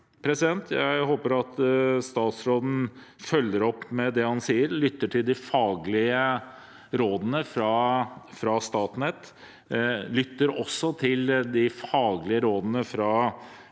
Jeg håper at statsråden følger opp det han sier, lytter til de faglige rådene fra Statnett og også til de faglige rådene fra